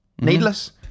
Needless